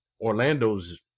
Orlando's